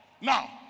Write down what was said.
Now